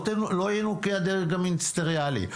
לא ינוקה הדרג המיניסטריאלי.